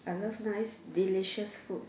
I love nice delicious food